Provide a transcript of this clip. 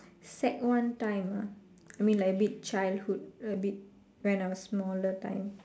sec one time ah mean like a bit childhood a bit when I was smaller time